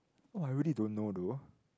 oh I really don't know though